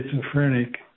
schizophrenic